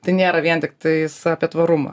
tai nėra vien tiktais apie tvarumą